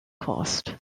coast